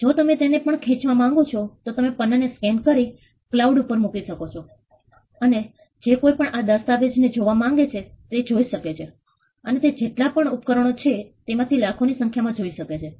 જો તમે તેને પણ ખેંચવા માંગો છો તો તમે પન્નાને સ્કેન કરી ને ક્લાઉડ ઉપર મૂકી શકો છો અને જે કોઈ પણ આ દસ્તાવેજ ને જોવા માંગે છે તે તેને જોઈ શકે છે અને તે જેટલા પણ ઉપકરણો છે તેમાં તે લાખોની સંખ્યામાં જોઈ શકે છે